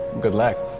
good luck.